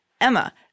Emma